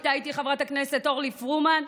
הייתה איתי חברת הכנסת אורלי פרומן,